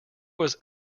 was